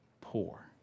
poor